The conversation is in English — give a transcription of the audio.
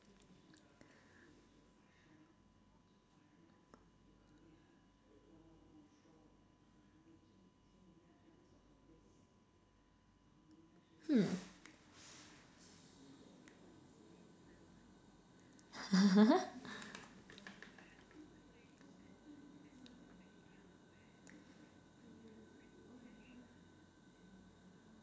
hmm